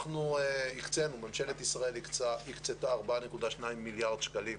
ממשלת ישראל הקצתה 4.2 מיליארד שקלים